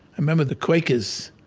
i remember the quakers